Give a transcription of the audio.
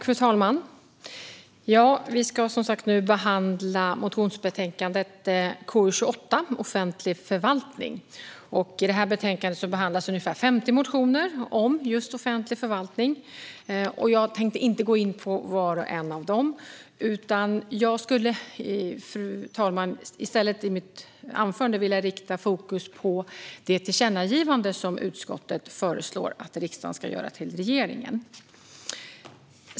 Fru talman! Vi ska nu behandla motionsbetänkande KU28 Offentlig förvaltning . I betänkandet behandlas ungefär 50 motioner om just offentlig förvaltning. Jag tänkte inte gå in på var och en av dessa utan ska i mitt anförande i stället fokusera på det tillkännagivande utskottet föreslår att riksdagen ska göra till regeringen.